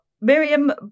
Miriam